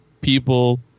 people